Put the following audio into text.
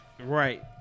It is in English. Right